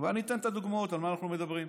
ואני אתן את הדוגמאות על מה אנחנו מדברים.